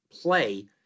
play